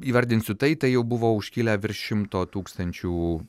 įvardinsiu tai tai jau buvau užkilę virš šimto tūkstančių